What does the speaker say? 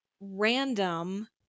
random